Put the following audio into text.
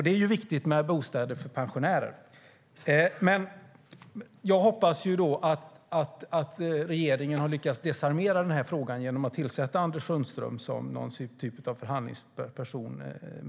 Det är ju viktigt med bostäder för pensionärer. Jag hoppas att regeringen har lyckats desarmera den här frågan genom att tillsätta Anders Sundström som förhandlingsperson.